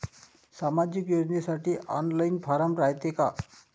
सामाजिक योजनेसाठी online form रायते का?